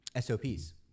SOPs